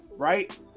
right